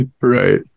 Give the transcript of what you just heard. right